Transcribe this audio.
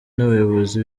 n’abayobozi